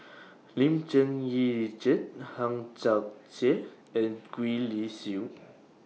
Lim Cherng Yih Richard Hang Chang Chieh and Gwee Li Sui